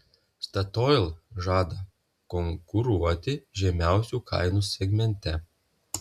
statoil žada konkuruoti žemiausių kainų segmente